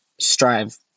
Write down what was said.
strive